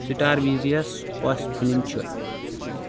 سِٹارطصتارظ وِزیس کۄس فِلمطٚیلمظ چھِ ؟